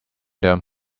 them